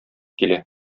килә